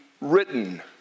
written